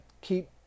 keep